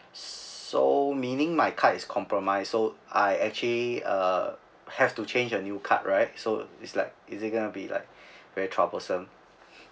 so meaning my card is compromised so I actually uh have to change a new card right so is like is it gonna be like very troublesome